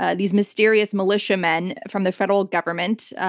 ah these mysterious militia men from the federal government,